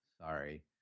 sorry